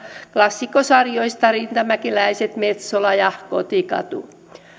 klassikkosarjoista rintamäkeläiset metsolat ja kotikatu